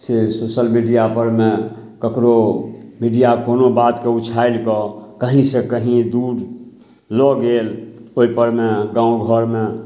से social मीडिआपरमे ककरो media कोनो बातके उछालिकऽ कहीँसे कहीँ दूर लऽ गेल ओहिपरमे गाम घरमे